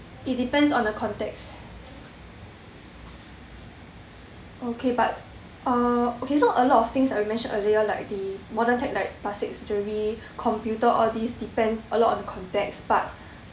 it depends on the context okay but uh okay so a lot of things like we mentioned earlier like the modern tech like plastic surgery computer all these depends a lot on context but